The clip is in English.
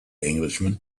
englishman